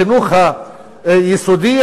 החינוך היסודי,